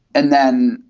and then,